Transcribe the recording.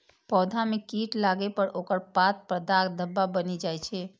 पौधा मे कीट लागै पर ओकर पात पर दाग धब्बा बनि जाइ छै